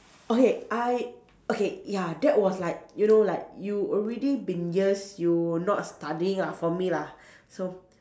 okay I okay ya that was like you know like you already been years you not studying ah for me lah so